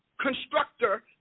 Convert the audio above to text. constructor